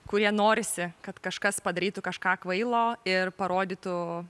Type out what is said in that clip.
kuria norisi kad kažkas padarytų kažką kvailo ir parodytų